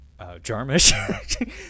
Jarmish